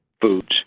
foods